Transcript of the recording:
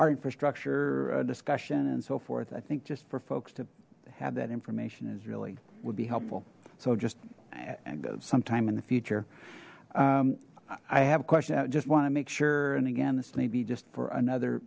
our infrastructure discussion and so forth i think just for folks to have that information is really would be helpful so just and sometime in the future i have a question that just one make sure and again this may be just for another